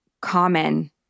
common